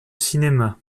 cinéma